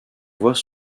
voient